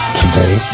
today